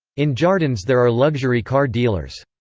in jardins there are luxury car dealers.